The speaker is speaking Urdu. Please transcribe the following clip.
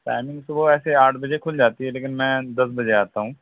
ٹائمنگ صُبح ایسے آٹھ بجے کُھل جاتی ہے لیکن میں دس بجے آتا ہوں